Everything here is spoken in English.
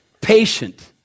Patient